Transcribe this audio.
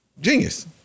Genius